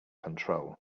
control